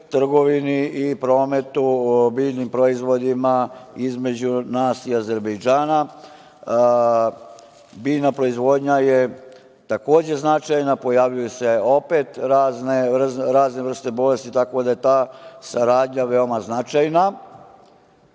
i prometu biljnim proizvodima između nas i Azerbejdžana. Biljna proizvodnja je takođe značajna. Pojavljuju se opet razne vrste bolesti, tako da je ta saradnja je veoma značajna.